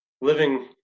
living